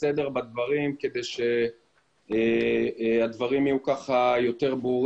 סדר בדברים כדי שהדברים יהיו יותר ברורים,